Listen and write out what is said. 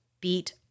beat